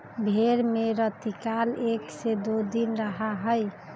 भेंड़ में रतिकाल एक से दो दिन रहा हई